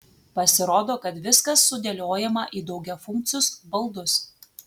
pasirodo kad viskas sudėliojama į daugiafunkcius baldus